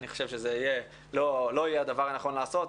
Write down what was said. אני חושב שזה לא יהיה הדבר הנכון לעשות.